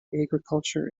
agriculture